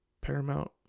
Paramount